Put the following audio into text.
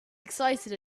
excited